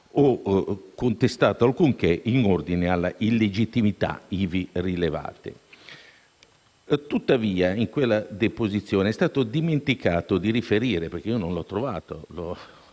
o contestato alcunché in ordine alle illegittimità ivi rilevate. Tuttavia, in quella deposizione è stato dimenticato di riferire - perché io non l’ho trovato,